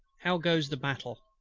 how goes the battle?